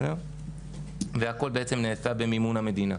הכול נעשה במימון המדינה.